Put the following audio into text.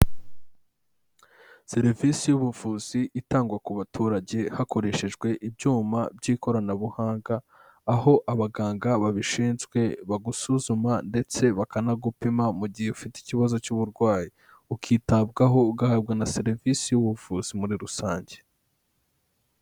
Serivisi y'ubuvuzi itangwa ku baturage hakoreshejwe ibyuma by'ikoranabuhanga, aho abaganga babishinzwe bagusuzuma ndetse bakanagupima mu gihe ufite ikibazo cy'uburwayi. Ukitabwaho ugahabwa na serivisi y'ubuvuzi muri rusange.